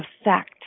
effect